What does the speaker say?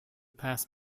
pass